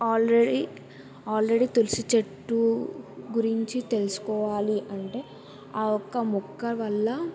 already already తులసి చెట్టు గురించి తెలుసుకోవాలి అంటే ఆ ఒక్క మొక్క వల్ల